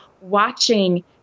watching